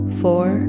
four